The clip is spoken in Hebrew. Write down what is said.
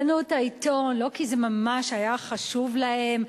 קנו את העיתון לא כי זה ממש היה חשוב להם,